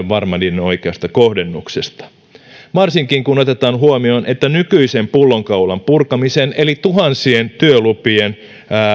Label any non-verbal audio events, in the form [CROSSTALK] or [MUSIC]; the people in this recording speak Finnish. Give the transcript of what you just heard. [UNINTELLIGIBLE] varma niiden oikeasta kohdennuksesta varsinkin kun otetaan huomioon että nykyisen pullonkaulan purkamisessa eli tuhansien työlupien